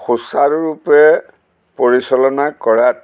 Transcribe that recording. সুচাৰুৰূপে পৰিচালনা কৰাত